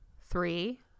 three